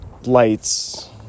lights